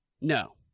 No